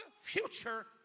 future